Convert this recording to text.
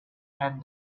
and